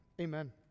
Amen